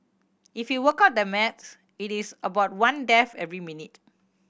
if you work out the maths it is about one death every minute